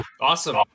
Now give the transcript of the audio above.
awesome